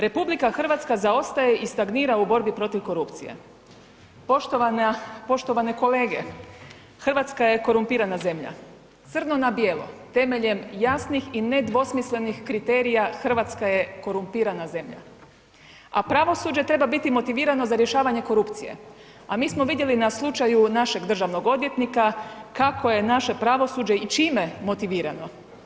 RH zaostaje i stagnira u borbi protiv korupcije.“ Poštovane kolege, Hrvatska je korumpirana zemlja, crno na bijelo, temeljem jasnih i nedvosmislenih kriterija Hrvatska je korumpirana zemlja, a pravosuđe treba biti motivirano za rješavanje korupcije, a mi smo vidjeli na slučaju našeg državnog odvjetnika kako je naše pravosuđe i čime motivirano.